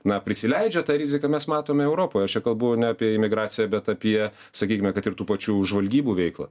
na prisileidžia tą riziką mes matome europoje aš čia kalbu ne apie imigraciją bet apie sakykime kad ir tų pačių žvalgybų veiklą